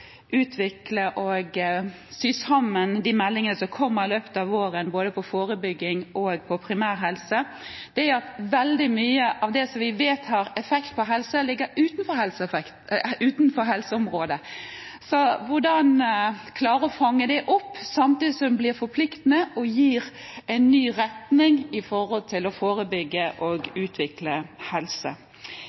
utvikle og sy sammen de meldingene som kommer i løpet av våren når det gjelder både forebygging og primærhelse – er at veldig mye av det som vi vet har effekt på helsen, ligger utenfor helseområdet. Det gjelder å klare å fange det opp, samtidig som det blir forpliktende og gir en ny retning med hensyn til å forebygge og med hensyn til å utvikle god helse.